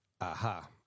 Aha